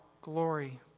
glory